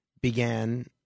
began